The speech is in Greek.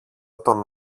τον